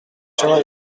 chemin